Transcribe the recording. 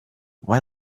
why